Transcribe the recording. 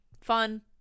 Fun